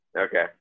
Okay